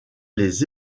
les